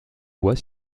voie